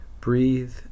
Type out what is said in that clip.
breathe